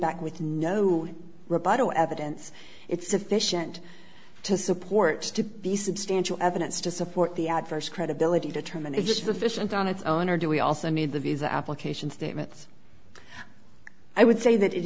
back with no rebuttal evidence it's sufficient to support to be substantial evidence to support the adverse credibility determine its deficient on its own or do we also need the visa application statements i would say that it